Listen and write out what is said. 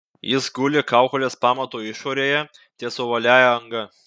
jis guli kaukolės pamato išorėje ties ovaliąja anga